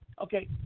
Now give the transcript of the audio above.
Okay